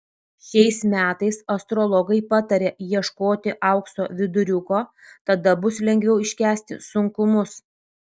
šiais metais astrologai pataria ieškoti aukso viduriuko tada bus lengviau iškęsti sunkumus